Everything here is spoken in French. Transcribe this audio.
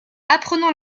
apprenant